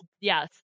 Yes